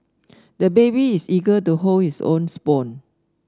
the baby is eager to hold his own spoon